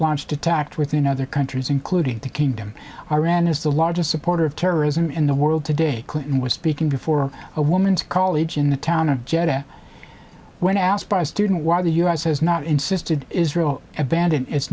launched attacked within other countries including the kingdom iran is the largest supporter of terrorism in the world today clinton was speaking before a woman's college in the town of jeddah when asked by a student why the u s has not insisted israel abandon